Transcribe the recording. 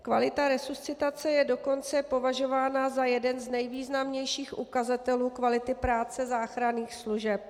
Kvalita resuscitace je dokonce považována za jeden z nejvýznamnějších ukazatelů kvality práce záchranných služeb.